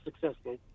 successful